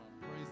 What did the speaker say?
Praise